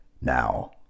Now